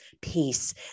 peace